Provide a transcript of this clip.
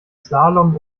slalom